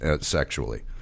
sexually